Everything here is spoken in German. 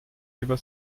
über